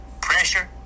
pressure